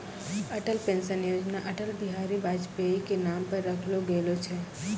Atal pension योजना अटल बिहारी वाजपेई के नाम पर रखलो गेलो छै